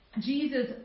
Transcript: Jesus